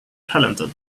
talented